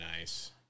nice